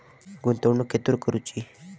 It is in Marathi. गुंतवणुक खेतुर करूची?